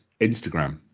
Instagram